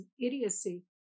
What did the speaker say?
idiocy